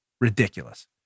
Ridiculous